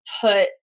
put